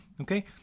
Okay